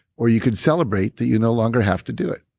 or, you could celebrate that you no longer have to do it.